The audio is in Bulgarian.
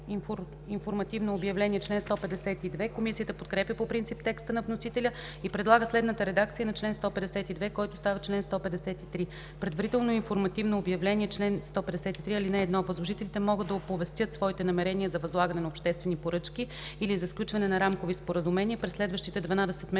Възложителите могат да оповестят своите намерения за възлагане на обществени поръчки или за сключване на рамкови споразумения през следващите 12 месеца